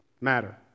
matter